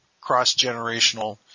cross-generational